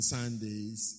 Sundays